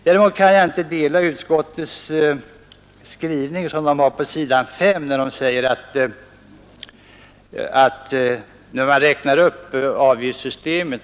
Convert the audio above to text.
Det kan naturligtvis sägas att den inte är särskilt hög och att den är avdragsgill vid deklaration.